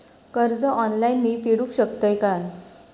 कर्ज ऑनलाइन मी फेडूक शकतय काय?